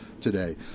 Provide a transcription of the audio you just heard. today